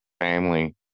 family